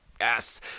Yes